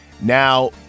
now